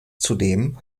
zudem